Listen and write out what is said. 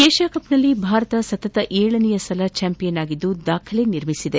ಏಷ್ಯಾಕಪ್ನಲ್ಲಿ ಭಾರತ ಸತತ ಏಳನೇ ಬಾರಿ ಚಾಂಪಿಯನ್ ಆಗಿದ್ದು ದಾಖಲೆ ನಿರ್ಮಿಸಿದೆ